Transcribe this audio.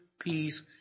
peace